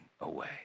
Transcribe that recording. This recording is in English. away